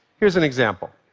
here's an example.